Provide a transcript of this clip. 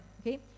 Okay